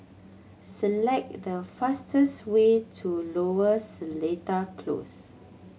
select the fastest way to Lower Seletar Close